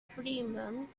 freeman